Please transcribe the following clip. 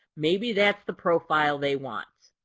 maybe that's the profile they want.